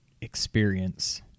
experience